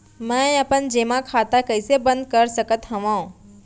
मै अपन जेमा खाता कइसे बन्द कर सकत हओं?